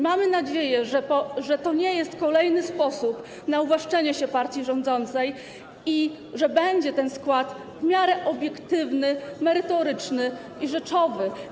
Mamy nadzieję, że to nie jest kolejny sposób na uwłaszczenie partii rządzącej i że ten skład będzie w miarę obiektywny, merytoryczny i rzeczowy.